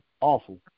awful